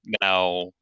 now